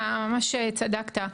אתה ממש צדקת.